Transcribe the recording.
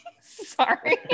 sorry